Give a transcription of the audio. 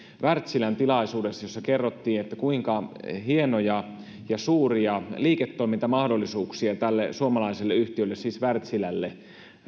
wärtsilän tilaisuudessa jossa kerrottiin kuinka hienoja ja suuria liiketoimintamahdollisuuksia tälle suomalaiselle yhtiölle siis wärtsilälle